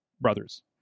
brothers